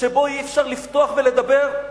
שבה אי-אפשר לפתוח ולדבר?